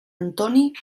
antoni